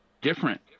different